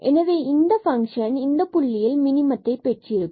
எனவே இந்த பங்க்ஷன் இந்தப் புள்ளியில் மினிமத்தை பெற்றிருக்கும்